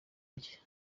rya